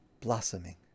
blossoming